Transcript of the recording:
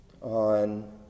on